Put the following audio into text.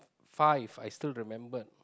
five I still remembered